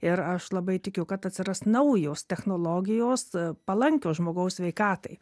ir aš labai tikiu kad atsiras naujos technologijos palankios žmogaus sveikatai